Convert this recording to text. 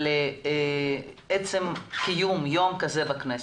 על עצם קיום יום כזה בכנסת.